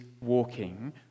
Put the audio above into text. walking